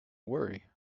worry